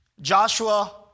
Joshua